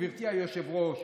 גברתי היושבת-ראש,